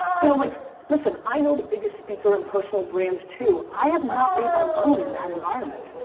you know like listen, i know the business speaker and personal brands too, i have not made my money in that environment.